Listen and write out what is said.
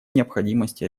необходимости